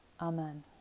Amen